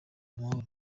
amahoro